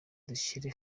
dushyire